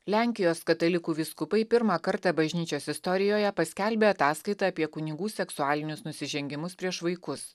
lenkijos katalikų vyskupai pirmą kartą bažnyčios istorijoje paskelbė ataskaitą apie kunigų seksualinius nusižengimus prieš vaikus